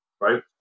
right